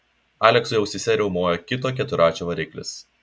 aleksui ausyse riaumojo kito keturračio variklis